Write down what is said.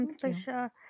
sure